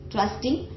Trusting